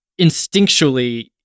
instinctually